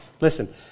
listen